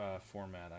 format